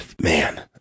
man